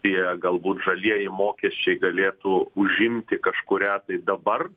tie galbūt žalieji mokesčiai galėtų užimti kažkurią tai dabar